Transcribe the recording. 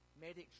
Medics